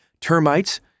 termites